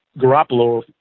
Garoppolo